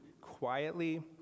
quietly